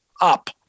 up